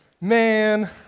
man